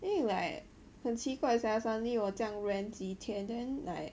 因为 like 很奇怪 sia 我 suddenly 我这样 rent 几天 then like